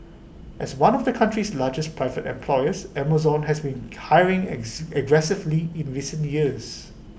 as one of the country's largest private employers Amazon has been hiring aggressively in recent years